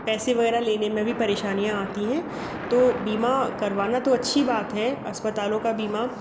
पैसे वग़ैरह लेने मे भी परेशानियाँ आती हैं तो बीमा करवाना तो अच्छी बात है अस्पतालों का बीमा